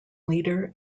leader